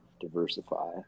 diversify